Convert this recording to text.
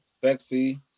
sexy